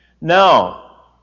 Now